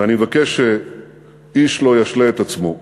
ואני מבקש שאיש לא ישלה את עצמו.